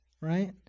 right